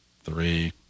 Three